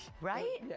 Right